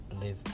live